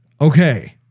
Okay